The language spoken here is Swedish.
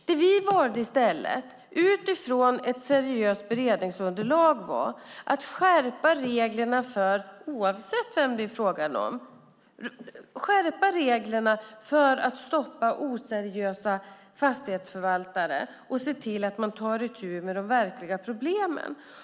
Det vi valde i stället, utifrån ett seriöst beredningsunderlag, var att skärpa reglerna oavsett vem det är fråga om för att stoppa oseriösa fastighetsförvaltare och se till att man tar itu med de verkliga problemen.